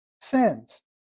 sins